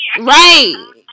Right